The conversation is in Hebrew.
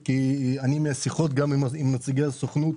מהשיחות גם עם נציגי הסוכנות